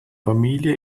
familie